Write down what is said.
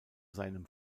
seinem